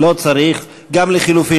גם לחלופין